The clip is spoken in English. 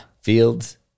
Fields